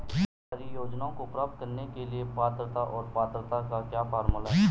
सरकारी योजनाओं को प्राप्त करने के लिए पात्रता और पात्रता का क्या फार्मूला है?